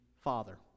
Father